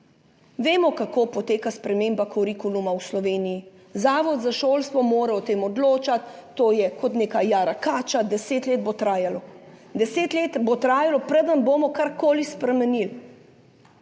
Vemo, kako poteka sprememba kurikuluma v Sloveniji. Zavod za šolstvo mora o tem odločati, to je kot neka jara kača, deset let bo trajalo. Deset let bo trajalo, preden bomo karkoli spremenili,